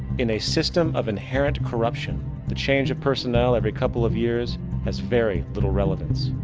in a system of inherent corruption the change of personnel every couple of years has very little relevance.